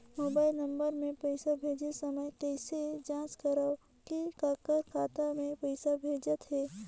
Mobile number मे पइसा भेजे समय कइसे जांच करव की काकर खाता मे पइसा भेजात हे?